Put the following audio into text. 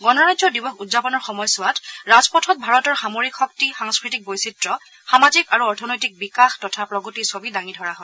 গণৰাজ্য দিৱস উদযাপনৰ সময়ছোৱাত ৰাজপথত ভাৰতৰ সামৰিক শক্তি সাংস্কৃতিক বৈচিত্ৰ্য সামাজিক আৰু অৰ্থনৈতিক বিকাশ তথা প্ৰগতিৰ ছবি দাঙি ধৰা হয়